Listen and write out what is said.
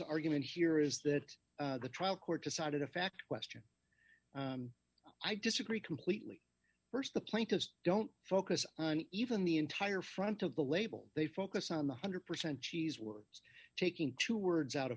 argument here is that the trial court decided a fact question i disagree completely st the plaintiffs don't focus on even the entire front of the label they focus on one hundred percent cheese words taking two words out of